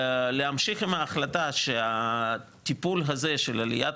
ולהמשיך עם ההחלטה שהטיפול של עליית